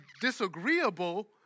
disagreeable